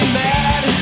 mad